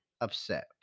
upset